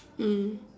mm